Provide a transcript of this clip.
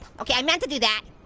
okay, i meant to do that.